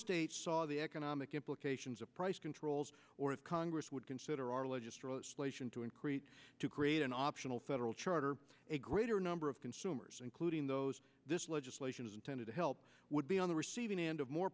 states saw the economic implications of price controls or of congress would consider our largest increase to create an optional federal charter a greater number of consumers including those this legislation is intended to help would be on the receiving end of more